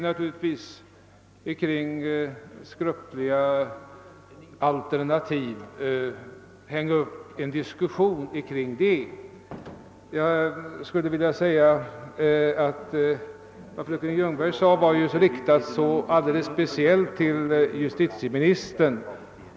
Givetvis försöker vi att hänga upp en diskussion på skröpliga alternativ. Fröken Ljungbergs anförande var ju riktat speciellt till justitieministern.